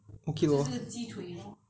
okay lor